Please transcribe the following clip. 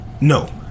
No